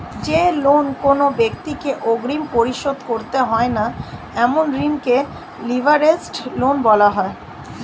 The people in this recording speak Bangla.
যে লোন কোনো ব্যাক্তিকে অগ্রিম পরিশোধ করতে হয় না এমন ঋণকে লিভারেজড লোন বলা হয়